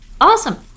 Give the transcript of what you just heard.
Awesome